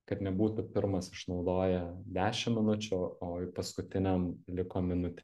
kad nebūtų pirmas išnaudoja dešim minučių o o paskutiniam liko minutė